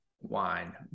Wine